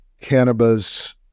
cannabis